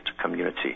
community